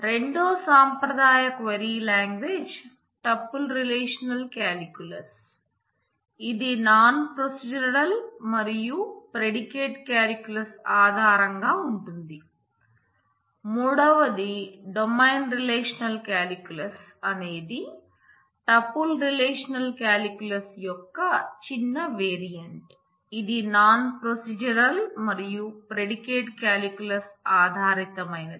రెండో సంప్రదాయ క్వైరీ లాంగ్వేజ్అనేది టుపుల్ రిలేషనల్ కాలిక్యులస్ యొక్క చిన్న వేరియెంట్ ఇది నాన్ ప్రొసీజరల్ మరియు ప్రెడికేట్ కాలిక్యులస్ ఆధారితమైనది